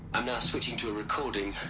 i'm now switching to a recording.